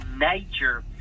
nature